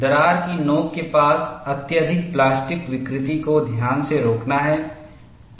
दरार की नोक के पास अत्यधिक प्लास्टिक विकृति को ध्यान से रोकना है